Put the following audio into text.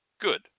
Good